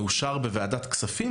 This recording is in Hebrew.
מאושר בוועדת כספים,